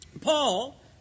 Paul